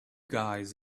guys